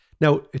Now